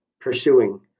pursuing